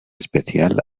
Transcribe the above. especial